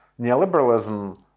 neoliberalism